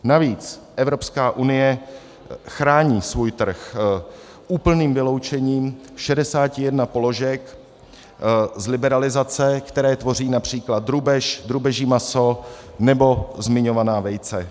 Navíc Evropská unie chrání svůj trh úplným vyloučením 61 položek z liberalizace, které tvoří například drůbež, drůbeží maso nebo zmiňovaná vejce.